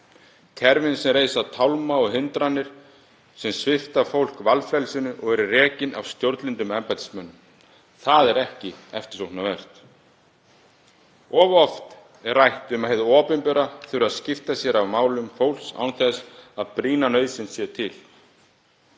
Kerfin sem reisa tálma og hindranir sem svipta fólk valfrelsinu og eru rekin af stjórnlyndum embættismönnum. Það er ekki eftirsóknarvert. Of oft er rætt um að hið opinbera þurfi að skipta sér af málum fólks án þess að brýn nauðsyn sé til.